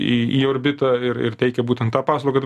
į į orbitą ir ir teikia būtent tą paslaugą